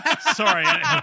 Sorry